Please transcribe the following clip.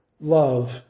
love